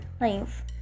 Life